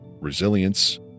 resilience